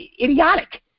idiotic